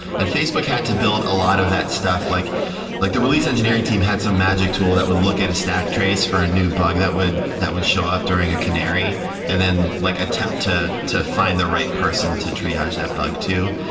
and facebook had to build a lot of that stuff. like like the release engineering team had some magic tool that would look at a stack trace for a new bug that would that would show up during a canary and then like attempt to to find the right person to triage that bug to.